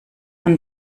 von